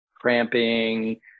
cramping